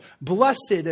Blessed